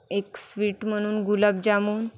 एक स्वीट म्हणून गुलाबजामून